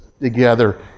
together